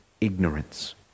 ignorance